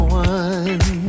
one